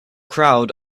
crowd